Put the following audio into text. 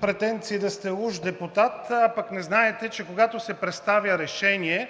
претенции да сте уж депутат, а пък не знаете, че когато се представя решение,